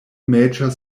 major